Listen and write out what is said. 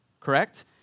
correct